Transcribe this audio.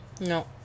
No